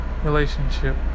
relationship